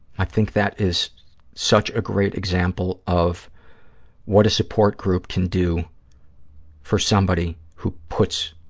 i think that is such a great example of what a support group can do for somebody who puts